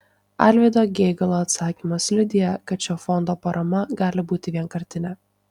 alvydo geigalo atsakymas liudija kad šio fondo parama gali būti vienkartinė